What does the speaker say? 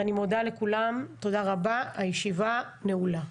אני מודה לכולם, תודה רבה, הישיבה נעולה.